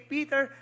Peter